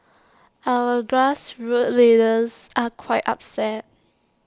our grassroots leaders are quite upset